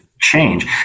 Change